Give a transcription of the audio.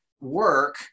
work